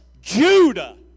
Judah